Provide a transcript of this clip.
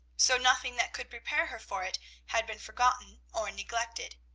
so nothing that could prepare her for it had been forgotten or neglected.